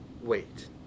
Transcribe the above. wait